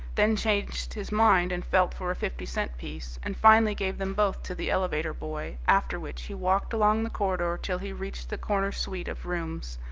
then changed his mind and felt for a fifty-cent piece, and finally gave them both to the elevator boy, after which he walked along the corridor till he reached the corner suite of rooms,